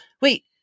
Wait